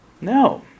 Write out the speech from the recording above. No